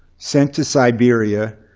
sent to siberia,